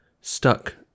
stuck